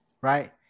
right